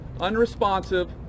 unresponsive